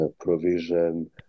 provision